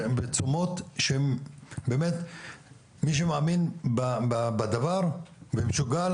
עוצמות שבאמת מי שמאמין בדבר ומשוגע על